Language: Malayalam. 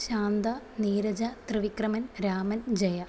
ശാന്ത നീരജ ത്രിവിക്രമൻ രാമൻ ജയ